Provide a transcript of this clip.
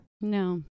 no